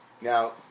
Now